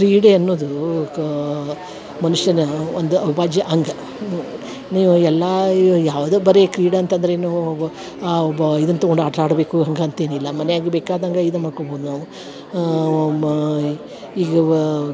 ಕ್ರೀಡೆ ಅನ್ನೋದು ಕಾ ಮನುಷ್ಯನ ಒಂದು ಅವಿಬಾಜ್ಯ ಅಂಗ ನೀವು ಎಲ್ಲಾ ಯಾವ್ದೆ ಬರಿ ಕ್ರೀಡೆ ಅಂತಂದರೇನೂ ಬ ಇದುನ್ನ ತಗೊಂಡು ಆಟ ಆಡಬೇಕು ಹಾಗಂತೇನಿಲ್ಲ ಮನ್ಯಾಗ ಬೇಕಾದಂಗ ಇದು ಮಾಡ್ಕೊಬೋದು ನಾವು ಮ ಈಗ ವಾ